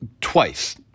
twice